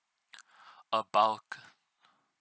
about